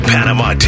Panama